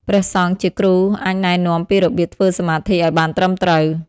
ព្រះសង្ឃជាគ្រូអាចណែនាំពីរបៀបធ្វើសមាធិឱ្យបានត្រឹមត្រូវ។